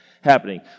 happening